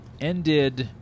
ended